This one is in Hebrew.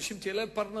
כדי שלאנשים תהיה פרנסה.